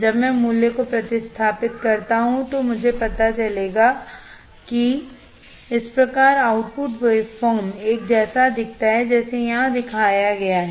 जब मैं मूल्य को प्रतिस्थापित करता हूं तो मुझे पता चलेगा कि इस प्रकार आउटपुट वेवफॉर्म एक जैसा दिखता है जैसे यहां दिखाया गया है